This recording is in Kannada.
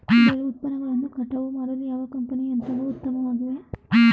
ಬೆಳೆ ಉತ್ಪನ್ನಗಳನ್ನು ಕಟಾವು ಮಾಡಲು ಯಾವ ಕಂಪನಿಯ ಯಂತ್ರಗಳು ಉತ್ತಮವಾಗಿವೆ?